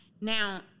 Now